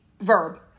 verb